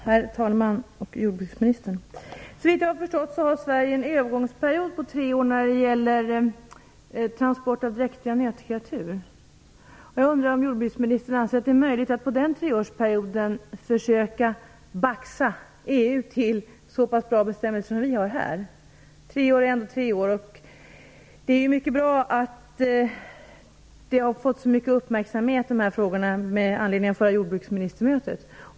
Herr talman och jordbruksministern! Såvitt jag har förstått har Sverige en övergångsperiod på tre år när det gäller reglerna för transport av dräktig nötkreatur. Anser jordbruksministern att det är möjligt att under den treårsperioden försöka baxa EU till bestämmelser som är så pass bra som de vi har? Det är ju bra att dessa frågor har fått så stor uppmärksamhet med anledning av jordbruksministermötet.